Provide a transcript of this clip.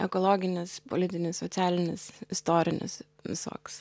ekologinis politinis socialinis istorinis visoks